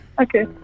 Okay